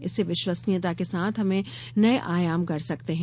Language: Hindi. इससे विश्वसनीयता के साथ हम नये आयाम गढ़ सकते हैं